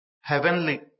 Heavenly